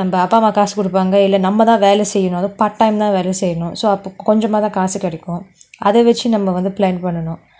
நம்ம அப்பா அம்மா காசு கொடுப்பாங்க இல்ல நம்ம தான் வேல செய்யனும் அதுவும்:apa vanthu namma appa amma kasu kodupanga ila namma thaan vela seiyanum athuvum part time தான் வேல செய்யனும்:thaan velai seiyanum so அப்ப கொஞ்சம்தான் காசு கிடைக்கும் அத வச்சு நம்ம:appe konjamathaan kaasu kidaikum atha vachu namma plan பண்ணனும்:pannanum